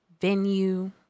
Venue